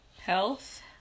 health